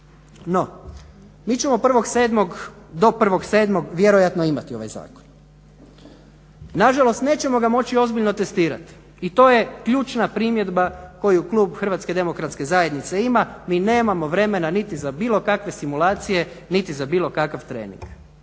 No, mi ćemo do 1.7.vjerojatno imati ovaj zakon. nažalost nećemo ga moći ozbiljno testirati i to je ključna primjedba koju klub HDZ-a ima, mi nemamo vremena niti za bilo kakve simulacije niti za bilo kakav trening.